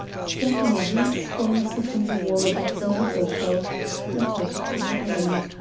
stuck in a rude sconce upon the wall above the mantelshelf, guttered to their end,